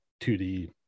2D